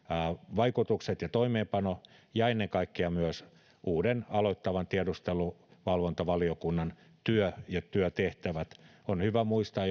vaikutukset ja toimeenpano ja ennen kaikkea myös uuden aloittavan tiedusteluvalvontavaliokunnan työ ja työtehtävät on hyvä muistaa